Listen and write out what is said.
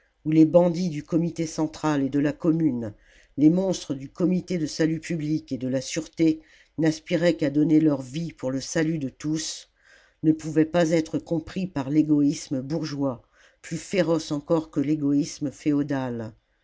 où les bandits du comité central et de la commune les monstres du comité de salut public et de la sûreté n'aspiraient qu'à donner leur vie pour le statut de tous ne pouvait pas être compris par l'égoïsme bourgeois plus féroce encore que l'égoïsme féodal